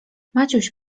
maciuś